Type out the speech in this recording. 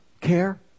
care